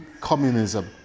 communism